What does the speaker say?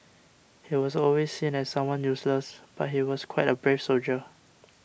he was always seen as someone useless but he was quite a brave soldier